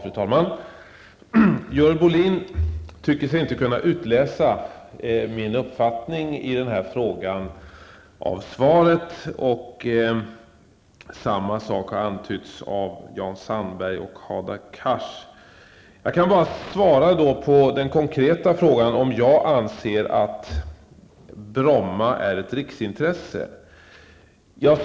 Fru talman! Görel Bohlin tycker sig inte kunna utläsa min uppfattning i den här frågan av svaret. Samma sak har antytts av Jan Sandberg och Hadar Cars. Jag kan bara svara på den konkreta frågan om jag anser att Bromma är ett riksintresse.